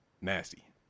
Nasty